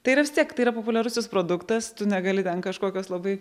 tai yra vis tiek tai yra populiarusis produktas tu negali ten kažkokios labai